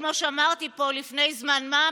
כמו שאמרתי פה לפני זמן מה,